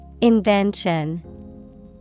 Invention